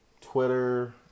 Twitter